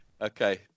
Okay